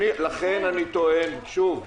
לכן אני טוען שוב,